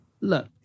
Look